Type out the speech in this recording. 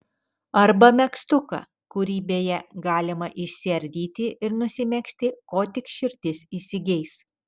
arba megztuką kurį beje galima išsiardyti ir nusimegzti ko tik širdis įsigeis